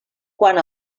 quant